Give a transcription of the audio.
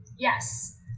Yes